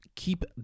keep